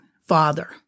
father